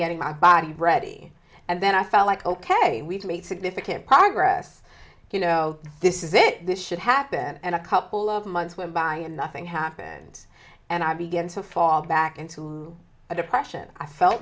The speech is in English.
getting my body ready and then i felt like ok we've made significant progress you know this is it this should happen and a couple of months went by and nothing happened and i began to fall back into a depression i felt